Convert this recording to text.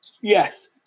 Yes